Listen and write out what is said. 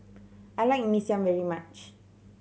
I like Mee Siam very much